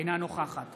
אינה נוכחת